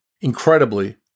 Incredibly